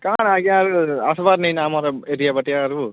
କାଣ ଆଜ୍ଞା ଆଉ ଆସ୍ବାର ନେଇନ ଆମର ଏରିଆ ବାଟେ ଆରୁ